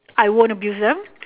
I won't abuse them